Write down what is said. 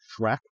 Shrek